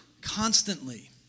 Constantly